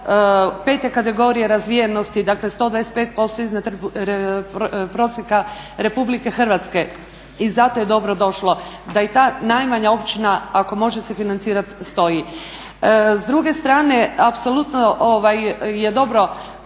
pete kategorije razvijenosti dakle 125% iznad prosjeka RH. I zato je dobro došlo da i ta najmanja općina ako može se financirat stoji. S druge strane apsolutno je dobro